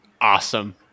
Awesome